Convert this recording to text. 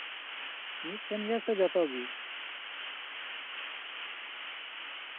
ᱢᱤᱫᱴᱮᱱ ᱜᱮᱭᱟ ᱥᱮ ᱡᱚᱛᱚ ᱜᱮ